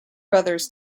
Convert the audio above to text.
brothers